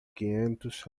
quinhentos